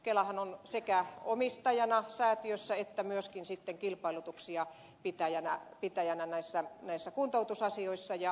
kelahan on sekä omistajana säätiössä että myöskin sitten kilpailutuksien pitäjänä näissä kuntoutusasioissa